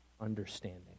understanding